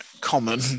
common